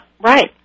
Right